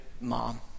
mom